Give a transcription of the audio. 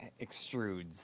extrudes